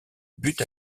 but